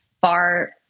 far